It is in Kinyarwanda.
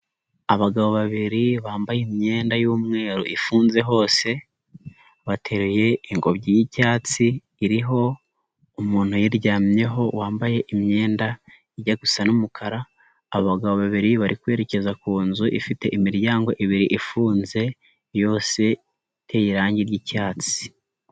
Abagabo babiri bambaye imyenda y'umweru ifunze hose, bateruye ingobyi y'icyatsi iriho umuntu uyiryamyeho wambaye imyenda ijya gusa n'umukara, aba bagabo babiri bari kwerekeza ku nzu ifite imiryango ibiri ifunze yose, iteye irangi ry'icyatsi.